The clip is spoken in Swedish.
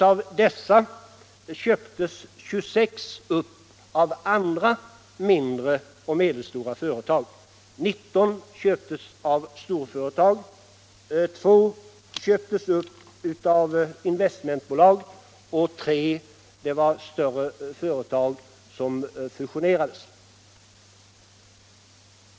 Av dessa köptes 26 upp av andra mindre och medelstora företag. 9 köptes av storföretag, 2 köptes upp av investmentbolag och 3 var större företag som fusionerades.